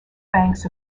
banks